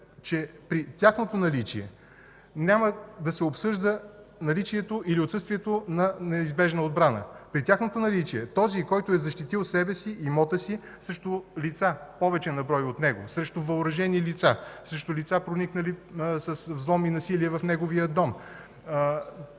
че при тяхното наличие няма да се обсъжда наличието или отсъствието на неизбежна отбрана. При тяхното наличие този, който е защитил себе си, имота си срещу лица, повече на брой от него, срещу въоръжени лица, срещу лица, проникнали с взлом и насилие в неговия дом,